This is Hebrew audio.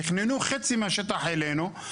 תכננו חצי מהשטח אלינו.